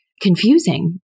confusing